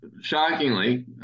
Shockingly